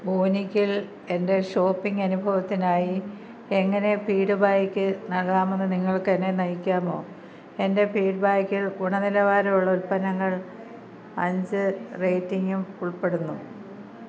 വൂനിക്കിൽ എൻ്റെ ഷോപ്പിംഗ് അനുഭവത്തിനായി എങ്ങനെ ഫീഡ്ബായ്ക്ക് നൽകാമെന്ന് നിങ്ങൾക്കെന്നെ നയിക്കാമോ എൻ്റെ ഫീഡ്ബാക്കിൽ ഗുണനിലവാരമുള്ള ഉൽപ്പന്നങ്ങൾ അഞ്ച് റേയ്റ്റിംഗും ഉൾപ്പെടുന്നു